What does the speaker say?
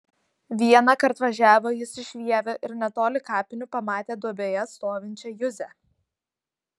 vienąkart važiavo jis iš vievio ir netoli kapinių pamatė duobėje stovinčią juzę